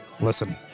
Listen